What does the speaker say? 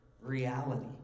reality